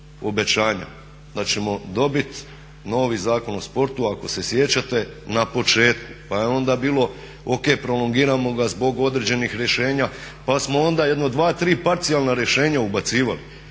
da ćemo dobiti novi Zakon o sportu ako se sjećate na početku. Pa je onda bilo, O.K. prolongiramo ga zbog određenih rješenja, pa smo onda jedno dva, tri parcijalna rješenja ubacivali,